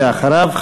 ואחריו,